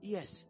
Yes